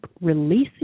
releasing